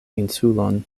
insulon